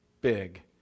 big